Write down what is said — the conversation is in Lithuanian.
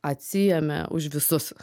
atsiėmė už visus